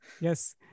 Yes